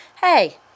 Hey